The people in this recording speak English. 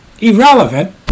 irrelevant